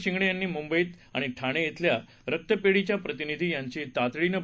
शिंगणे यांनी मुंबई आणि ठाणे ी शिल्या रक्तपेढीच्या प्रतिनिधी यांची तातडीनं